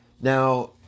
Now